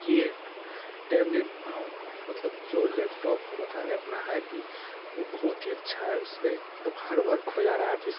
ये टैबलेट मतलब जो लेपटॉप हम बता रहे हैं अपना है कि वह बहुत ही अच्छा है उससे मतलब हर वर्क हो जा रहा है आफिस का